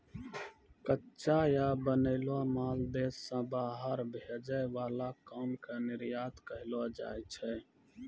कच्चा या बनैलो माल देश से बाहर भेजे वाला काम के निर्यात कहलो जाय छै